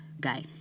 guy